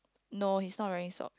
no he's not wearing socks